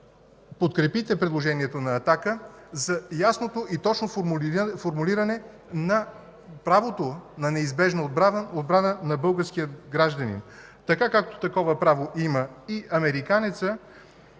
подкрепите предложението на „Атака” за ясното и точно формулиране на правото на неизбежна отбрана на българския гражданин, така както такова право има и американецът,